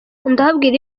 ndababwira